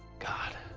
god,